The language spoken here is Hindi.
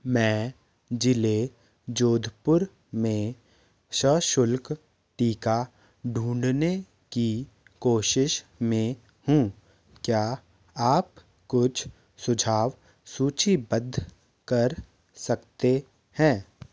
मैं ज़िले जोधपुर में सशुल्क टीका ढूँढने की कोशिश में हूँ क्या आप कुछ सुझाव सूचीबद्ध कर सकते हैं